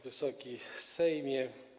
Wysoki Sejmie!